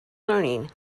learning